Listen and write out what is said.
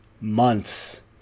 months